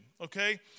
okay